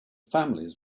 families